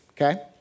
Okay